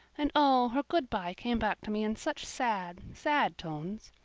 and oh, her good-bye came back to me in such sad, sad tones.